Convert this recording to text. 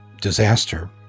disaster